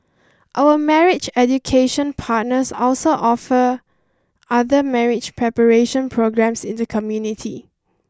our marriage education partners also offer other marriage preparation programmes in the community